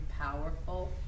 powerful